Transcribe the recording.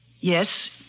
Yes